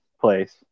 place